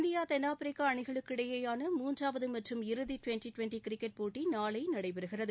India தென்னாப்பிரிக்கா அணிகளுக்கு இடையேயான மூன்றாவது மற்றும் இறுதி டுவெண்டி டுவெண்டி கிரிக்கெட் போட்டி் நாளை நடைபெறுகிறது